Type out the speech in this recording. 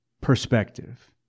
perspective